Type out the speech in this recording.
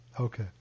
Okay